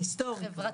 חברתיים.